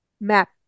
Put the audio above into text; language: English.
map